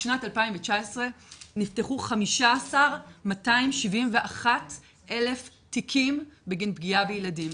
בשנת 2019 נפתחו 15,271 תיקים בגין פגיעה בילדים.